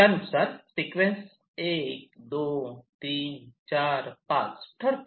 त्यानुसार सिक्वेन्स 1 2 3 4 5 ठरतो